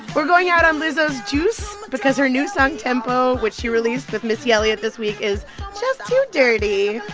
we're going out on lizzo's juice because her new song tempo, which she released with missy elliott this week, is just too dirty.